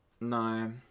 No